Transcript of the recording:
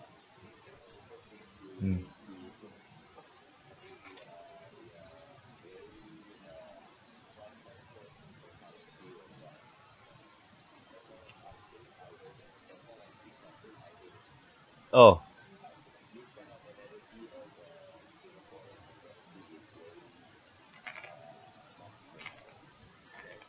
mm oh